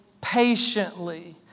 patiently